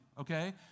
okay